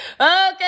Okay